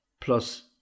plus